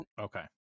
okay